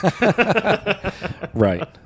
Right